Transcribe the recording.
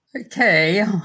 Okay